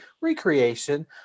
recreation